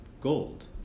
gold